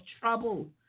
trouble